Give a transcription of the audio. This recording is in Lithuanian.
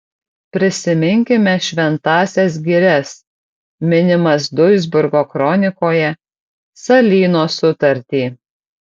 prisiminkime šventąsias girias minimas duisburgo kronikoje salyno sutartį